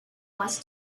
was